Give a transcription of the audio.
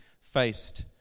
faced